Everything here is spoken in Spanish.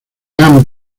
han